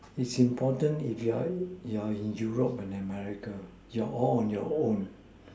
it's important if you are in you are in Europe or America you are all on your own